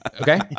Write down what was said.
Okay